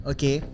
Okay